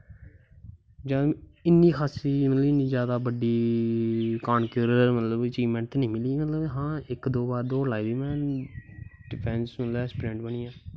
जां इन्नी खास्सी मतलब इन्नी जैदा बड्डी कदें मतलब कि अचिवमैंट निं मिली पर हां इक दो बार दौड़ लाई में डिफैंस दा असपाइरैंट बनियै